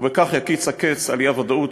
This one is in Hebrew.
ובכך יקיץ הקץ על האי-ודאות,